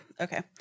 okay